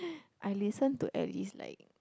I listen to at least like